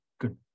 good